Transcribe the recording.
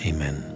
Amen